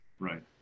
Right